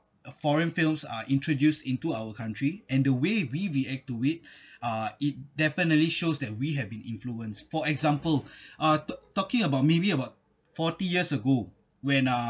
uh foreign films are introduced into our country and the way we react to it uh it definitely shows that we have been influence for example uh talk talking about maybe about forty years ago when uh